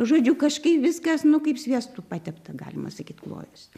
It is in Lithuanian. žodžiu kažkaip viskas nu kaip sviestu patepta galima sakyt klojos